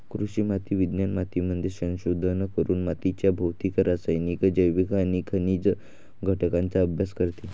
कृषी माती विज्ञान मातीमध्ये संशोधन करून मातीच्या भौतिक, रासायनिक, जैविक आणि खनिज संघटनाचा अभ्यास करते